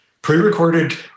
Pre-recorded